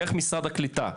דרך משרד הקליטה.